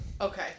Okay